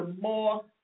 more